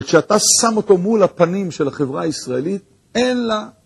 כשאתה שם אותו מול הפנים של החברה הישראלית, אין לה...